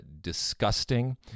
disgusting